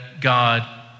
God